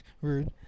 Rude